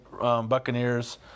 Buccaneers